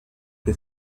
que